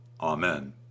Amen